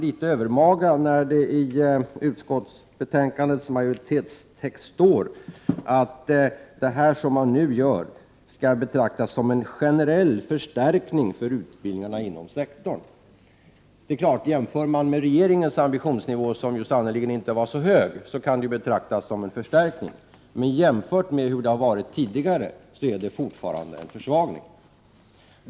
Då kan det kanske tyckas litet övermaga att det i utskottsmajoritetens text står att det som man nu gör skall betraktas som en generell förstärkning för utbildningarna inom sektorn. Om man jämför med regeringens ambitionsnivå, som ju sannerligen inte var särskilt hög, så kan det naturligtvis betraktas som en förstärkning, men jämfört med hur det har varit tidigare är det fortfarande en försvagning.